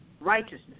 Righteousness